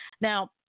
Now